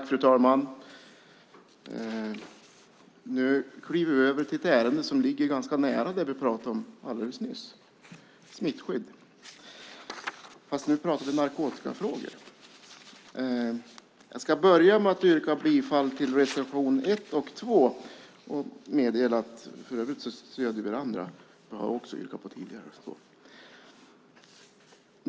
Fru talman! Nu kliver vi över till ett ärende som ligger ganska nära det vi pratade om alldeles nyss, nämligen smittskydd. Men nu pratar vi om narkotikafrågor. Jag börjar med att yrka bifall till reservation 1 och 2.